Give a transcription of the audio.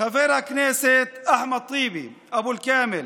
חבר הכנסת אחמד טיבי, אבו אל-כאמל,